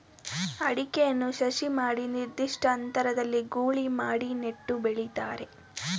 ಅಡಿಕೆಯನ್ನು ಸಸಿ ಮಾಡಿ ನಿರ್ದಿಷ್ಟ ಅಂತರದಲ್ಲಿ ಗೂಳಿ ಮಾಡಿ ನೆಟ್ಟು ಬೆಳಿತಾರೆ